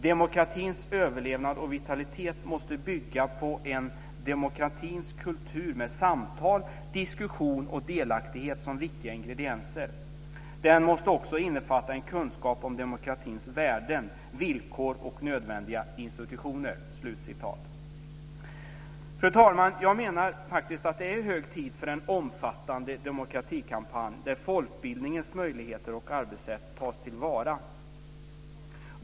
Demokratins överlevnad och vitalitet måste bygga på en demokratins kultur med samtal, diskussion och delaktighet som viktiga ingredienser. Den måste också innefatta en kunskap om demokratins värden, villkor och nödvändiga institutioner. Fru talman! Jag menar faktiskt att det är hög tid för en omfattande demokratikampanj där folkbildningens möjligheter och arbetssätt tas till vara.